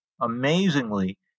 Amazingly